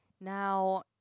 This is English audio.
Now